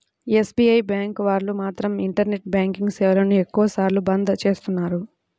SBI bank వాళ్ళు మాత్రం internet banking సేవలను ఎక్కువ సార్లు బంద్ చేస్తున్నారు